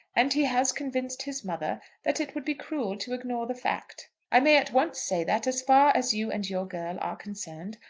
and he has convinced his mother that it would be cruel to ignore the fact. i may at once say that, as far as you and your girl are concerned,